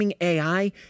AI